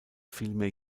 vielmehr